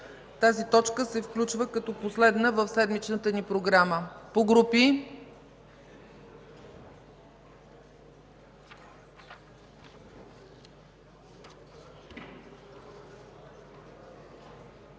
Тази точка се включва като последна в седмичната ни програма.